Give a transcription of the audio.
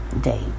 day